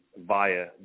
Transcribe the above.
via